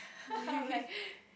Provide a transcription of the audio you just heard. I'm like